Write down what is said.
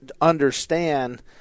understand